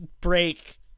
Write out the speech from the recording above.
break